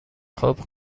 خوب